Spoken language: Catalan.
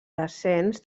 descens